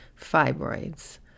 fibroids